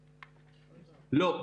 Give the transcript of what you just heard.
לא.